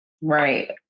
Right